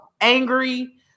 angry